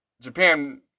Japan